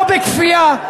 לא בכפייה,